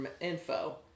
info